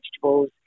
vegetables